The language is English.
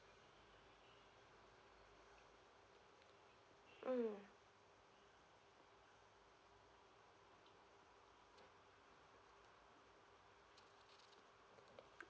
mm